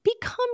become